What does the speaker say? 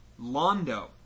Londo